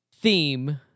theme